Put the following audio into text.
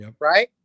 Right